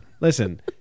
Listen